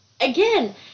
Again